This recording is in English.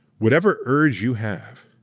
whatever urge you have